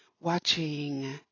watching